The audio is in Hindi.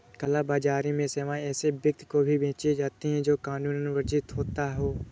काला बाजारी में सेवाएं ऐसे व्यक्ति को भी बेची जाती है, जो कानूनन वर्जित होता हो